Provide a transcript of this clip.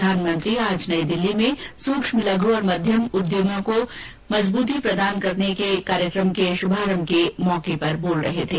वे आज नई दिल्ली में सूक्ष्म लघू और मध्यम उद्यमों को मजबूती प्रदान करने के कार्यक्रम के शुभारंभ के अवसर पर बोल रहे थे